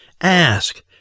ask